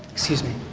excuse me